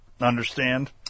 Understand